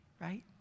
right